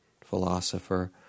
philosopher